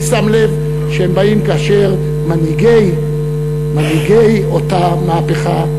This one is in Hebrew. אני שם לב שהם באים כאשר מנהיגי אותה מהפכה,